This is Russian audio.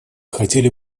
хотели